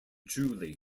julie